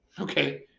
Okay